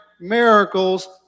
miracles